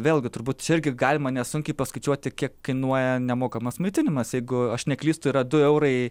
vėlgi turbūt čia irgi galima nesunkiai paskaičiuoti kiek kainuoja nemokamas maitinimas jeigu aš neklystu yra du eurai